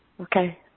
Okay